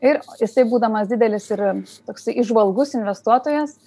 ir jisai būdamas didelis ir toksai įžvalgus investuotojas